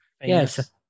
yes